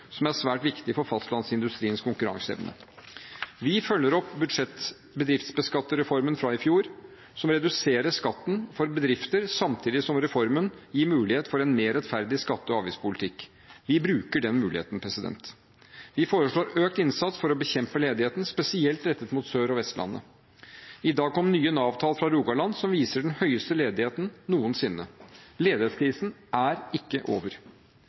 som er svært viktig for fastlandsindustriens konkurranseevne. Vi følger opp bedriftsskattereformen fra i fjor, som reduserer skatten for bedrifter samtidig som reformen gir mulighet for en mer rettferdig skatte- og avgiftspolitikk. Vi bruker den muligheten. Vi foreslår økt innsats for å bekjempe ledigheten, spesielt rettet mot Sør- og Vestlandet. I dag kom nye Nav-tall fra Rogaland som viser den høyeste ledigheten noensinne. Ledighetskrisen er ikke over.